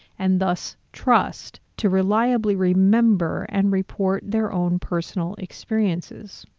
and thus trust, to reliably remember and report their own personal experiences.